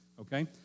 okay